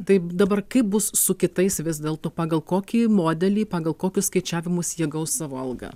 taip dabar kaip bus su kitais vis dėlto pagal kokį modelį pagal kokius skaičiavimus jie gaus savo algą